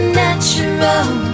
natural